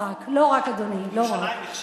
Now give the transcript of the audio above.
ירושלים נחשבת,